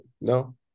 No